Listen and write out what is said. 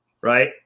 right